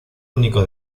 único